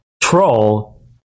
troll